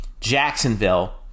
Jacksonville